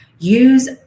Use